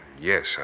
Yes